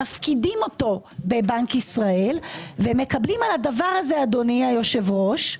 מפקידים אותו בבנק ישראל ומקבלים על כך אדוני היושב-ראש,